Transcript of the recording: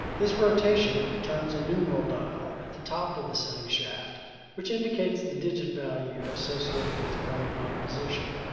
this rotation turns a numeral dial at the top of the setting shaft which indicates the digit value associated with the current knob position.